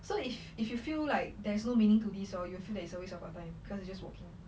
so if if you feel like there's no meaning to this orh you feel that it's a waste of our time cause you just walking